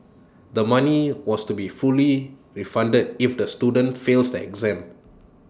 the money was to be fully refunded if the students fail the exams